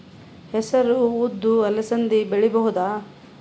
ಹೆಸರು ಉದ್ದು ಅಲಸಂದೆ ಬೆಳೆಯಬಹುದಾ?